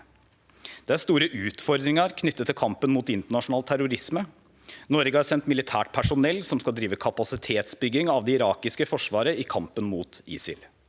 Det er store utfordringar knytte til kampen mot internasjonal terrorisme. Noreg har sendt militært personell som skal drive kapasitetsbygging av det irakiske forsvaret i kampen mot ISIL.